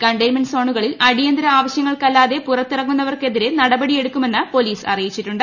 containment സോണുകളിൽ അടിയന്തര ആവശൃങ്ങൾ ക്കല്ലാതെ പുറത്തിറങ്ങുന്നവർക്കെതിരെ നടപടിയെടുക്കു മെന്ന് പോലീസ് അറിയിച്ചിട്ടുണ്ട്